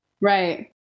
Right